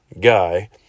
Guy